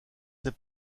ses